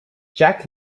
jack